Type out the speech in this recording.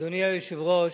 אדוני היושב-ראש,